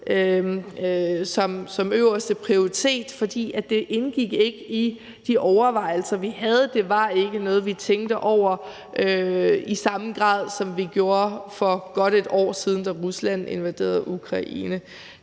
som øverste prioriteret, fordi det ikke indgik i de overvejelser, vi havde. Det var ikke noget, vi tænkte over i samme grad, som vi gjorde for godt et år siden, da Rusland invaderede Ukraine.